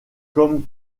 comme